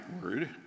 word